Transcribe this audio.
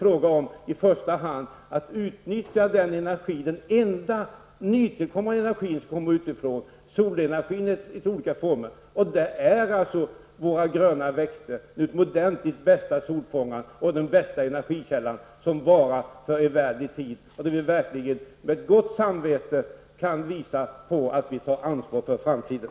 Det är i första hand fråga om att utnyttja den enda utifrån tillkommande energin, nämligen solenergin i dess olika former, där gröna växter, som är så utomordentliga solfångare, är den bästa energikällan och som varar i ervärdlig tid. Därmed kan vi verkligen med gott samvete visa på att vi tar ansvar för framtiden.